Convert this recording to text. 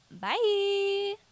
Bye